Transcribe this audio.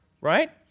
Right